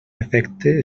efecte